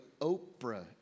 Oprah